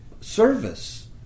service